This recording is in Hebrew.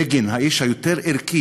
בגין, האיש היותר-ערכי,